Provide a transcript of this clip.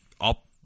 up